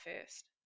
first